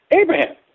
Abraham